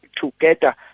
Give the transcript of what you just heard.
together